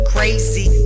Crazy